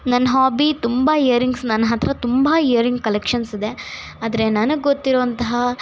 ನನ್ನ ಹಾಬಿ ತುಂಬ ಇಯರಿಂಗ್ಸ್ ನನ್ನ ಹತ್ರ ತುಂಬ ಇಯರಿಂಗ್ ಕಲೆಕ್ಷನ್ಸ್ ಇದೆ ಆದರೆ ನನಗೆ ಗೊತ್ತಿರುವಂತಹ